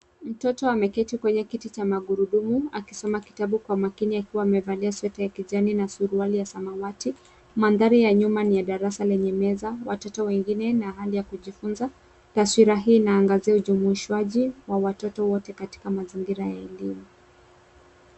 Mtoto ameketi kwenye kiti cha magurudumu akisoma kitabu kwa umakini akiwa amevalia sweta ya kijani na suruali ya samawati. Mandhari ya nyuma ni ya darasa lenye meza, watoto wengine na hali ya kujifunza. Taswira hii inaangazia ujumuishaji wa watoto wote katika mazingira ya elimu.